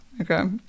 okay